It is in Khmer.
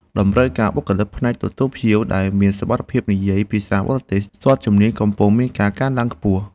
តម្រូវការបុគ្គលិកផ្នែកទទួលភ្ញៀវដែលមានសមត្ថភាពនិយាយភាសាបរទេសស្ទាត់ជំនាញកំពុងមានការកើនឡើងខ្ពស់។